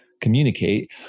communicate